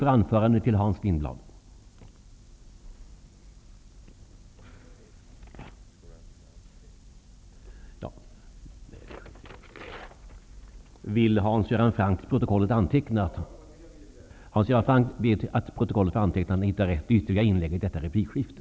Däremot tycker jag att man möjligen kan höja straffsatserna för sådana som begår brott och som har anknytning till olika rasistiska yttringar.